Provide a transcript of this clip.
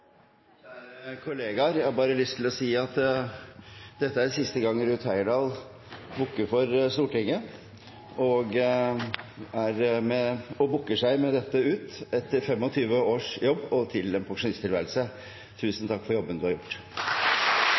Kjære kollegaer! Jeg har lyst til å si at dette er siste gang Ruth Heyerdahl bukker for Stortinget, og hun bukker seg med dette ut etter 25 års jobb til en pensjonisttilværelse. Tusen takk for jobben du har gjort!